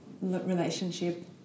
relationship